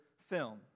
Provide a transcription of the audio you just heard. film